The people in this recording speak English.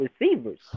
receivers